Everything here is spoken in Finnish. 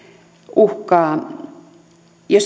uhkaa erikoislääkäri ja